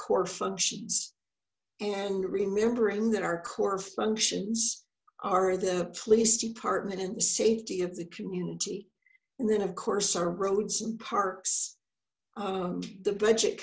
core functions and remembering that our core functions are the police department and the safety of the community and then of course our roads and parks the budget